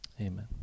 Amen